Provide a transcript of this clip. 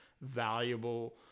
valuable